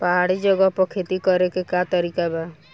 पहाड़ी जगह पर खेती करे के का तरीका बा?